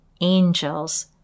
angels